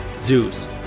Zeus